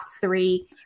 three